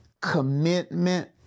commitment